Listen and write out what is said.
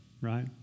right